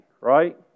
right